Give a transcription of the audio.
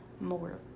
more